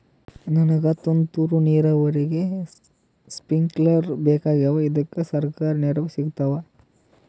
ನನಗ ತುಂತೂರು ನೀರಾವರಿಗೆ ಸ್ಪಿಂಕ್ಲರ ಬೇಕಾಗ್ಯಾವ ಇದುಕ ಸರ್ಕಾರಿ ನೆರವು ಸಿಗತ್ತಾವ?